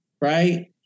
Right